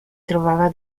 trovava